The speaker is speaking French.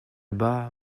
bas